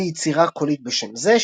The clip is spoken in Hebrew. ליצירה קולית בשם זה,